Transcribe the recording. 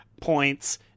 points